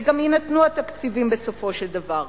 וגם יינתנו התקציבים בסופו של דבר.